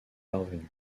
parvenue